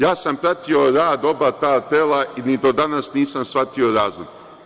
Ja sam pratio rad oba ta tela i do danas nisam shvatio razliku.